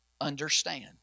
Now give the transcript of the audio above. understand